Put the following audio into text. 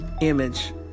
image